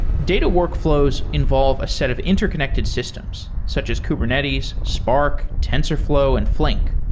data workflows involve a set of interconnected systems such as kubernetes, spark, tensorflow and flink.